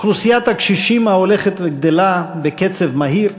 אוכלוסיית הקשישים, ההולכת וגדלה בקצב מהיר,